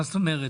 מה זאת אומרת?